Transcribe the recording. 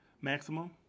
Maximum